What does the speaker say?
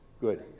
Good